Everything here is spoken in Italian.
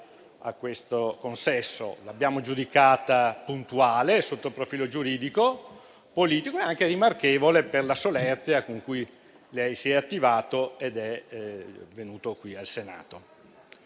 a questo consesso; l'abbiamo giudicata puntuale sotto il profilo giuridico-politico e anche rimarchevole per la solerzia con cui lei si è attivato ed è venuto in Senato.